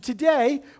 Today